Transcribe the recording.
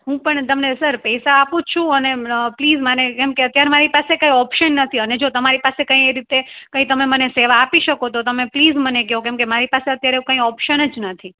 હું પણ તમને સર પૈસા આપું છું અને પ્લીઝ મને કેમકે અત્યારે મારી પાસે કંઈ ઓપ્શન નથી અને જો તમારી પાસે કાંઇ એ રીતે કંઇ તમે મને સેવા આપી શકો તો તમે પ્લીઝ મને કયો કેમ કે મારી પાસે અત્યારે કાંઇ ઓપ્શન જ નથી